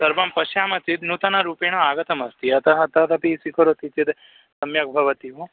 सर्वं पश्यामः चेत् नूतनरूपेण आगतमस्ति अतः तदपि स्वीकरोति चेद् सम्यग्भवति वा